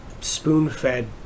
spoon-fed